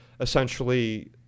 essentially